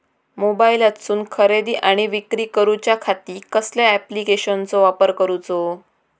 मोबाईलातसून खरेदी आणि विक्री करूच्या खाती कसल्या ॲप्लिकेशनाचो वापर करूचो?